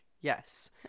yes